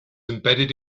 embedded